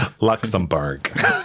Luxembourg